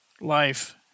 life